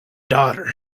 daughter